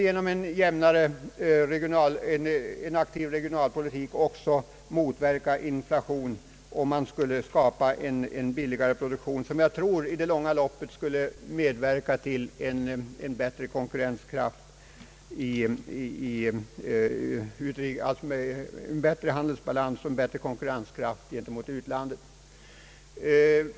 Genom en jämnare och mera aktiv regionalpolitik skulle vidare inflationen motverkas och en billigare produktion skapas, som jag tror i det långa loppet skulle medverka till en bättre handelsbalans och konkurrenskraft gentemot utlandet.